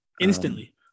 instantly